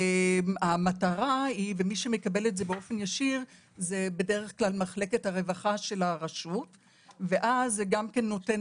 מי שמקבל באופן ישיר זו מחלקת הרווחה של הרשות וזה נותן